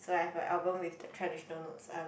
so I have a album with the traditional notes I'm